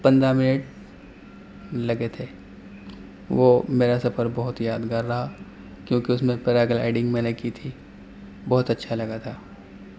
پندرہ منٹ لگے تھے وہ میرا سفر بہت ہی یادگار رہا کیونکہ اس میں پیرا گلائڈنگ میں نے کی تھی بہت اچھا لگا تھا